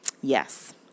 Yes